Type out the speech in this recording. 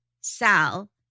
Sal